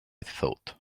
thought